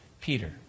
Peter